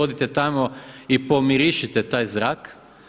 Odite tamo i pomirišite taj zrak.